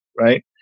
right